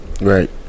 Right